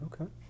okay